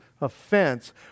offense